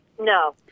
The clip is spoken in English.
No